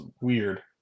weird